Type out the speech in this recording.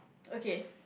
okay